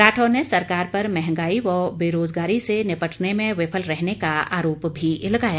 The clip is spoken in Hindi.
राठौर ने सरकार पर महंगाई व बेराजगारी से निपटने में विफल रहने का आरोप भी लगाया